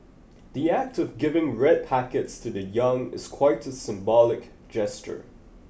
the act of giving red packets to the young is quite a symbolic gesture